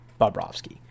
Bobrovsky